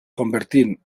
convertint